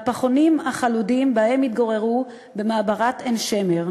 מהפחונים החלודים שבהם התגוררו במעברת עין-שמר,